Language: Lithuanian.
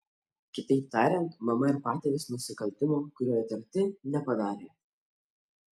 kitaip tariant mama ir patėvis nusikaltimo kuriuo įtarti nepadarė